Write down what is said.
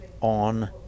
on